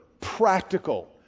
practical